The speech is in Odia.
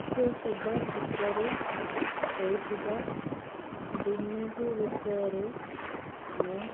ସତ୍ୟ ସେବା କ୍ଷେତ୍ରରେ ହେଉଥିବା ଦୁର୍ନୀତି ବିଷୟରେ ମୁଁ